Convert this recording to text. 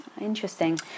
Interesting